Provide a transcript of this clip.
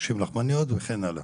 מבקשים לחמניות וכן הלאה.